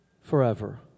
forever